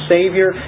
Savior